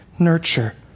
nurture